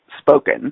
spoken